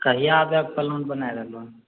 कहिआ आबेके प्लान बना रहले हो